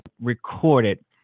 recorded